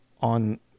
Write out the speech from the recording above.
on